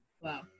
wow